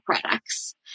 products